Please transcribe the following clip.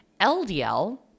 LDL